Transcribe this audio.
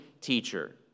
teacher